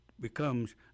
becomes